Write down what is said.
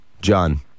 John